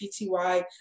PTY